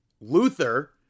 Luther